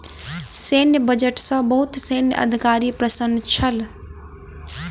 सैन्य बजट सॅ बहुत सैन्य अधिकारी प्रसन्न छल